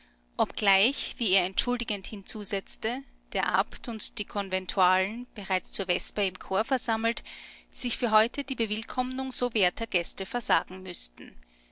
obgleich wie er entschuldigend hinzusetzte der abt und die konventualen bereits zur vesper im chor versammelt sich für heute die bewillkommnung so werter gäste versagen müßten